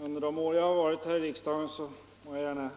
Herr talman! Jag vill gärna